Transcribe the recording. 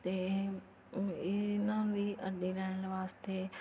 ਅਤੇ ਇਹ ਇਹ ਇਹਨਾਂ ਦੀ ਆਈਡੀ ਲੈਣ ਵਾਸਤੇ